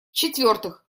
четвертых